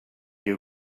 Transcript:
you